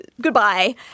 goodbye